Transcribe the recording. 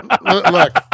look